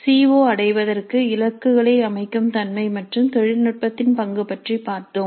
C O அடைவதற்கு இலக்குகளை அமைக்கும் தன்மை மற்றும் தொழில்நுட்பத்தின் பங்கு பற்றி பார்த்தோம்